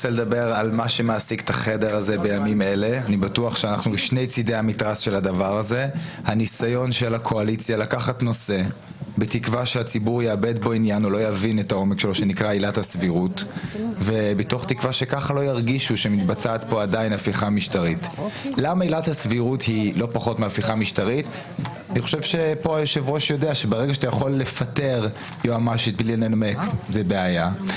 10:30.